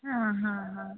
ಹಾಂ ಹಾಂ ಹಾಂ